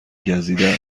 گزیده